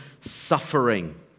suffering